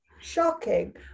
Shocking